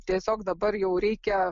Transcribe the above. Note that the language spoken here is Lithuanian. tiesiog dabar jau reikia